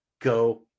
go